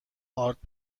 آرد